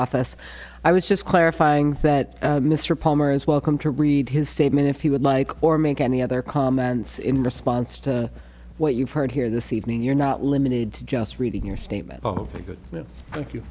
office i was just clarifying that mr palmer is welcome to read his statement if you would like or make any other comments in response to what you've heard here this evening you're not limited to just reading your statement ok good thank you